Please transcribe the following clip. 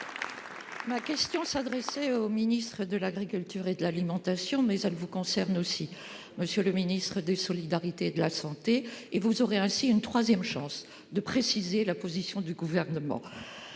Ma question s'adressait au ministre de l'agriculture et de l'alimentation, mais le sujet vous concerne aussi, monsieur le ministre des solidarités et de la santé. Vous aurez ainsi une troisième chance de préciser la position du Gouvernement